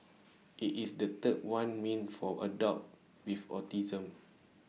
IT is the third one meant for adults with autism